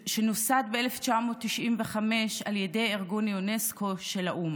שנוסד בשנת 1995 על ידי ארגון אונסקו של האו"ם,